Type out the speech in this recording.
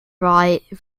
write